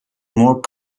more